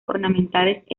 ornamentales